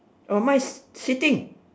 orh mine is sitting